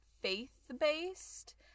faith-based